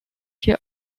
hier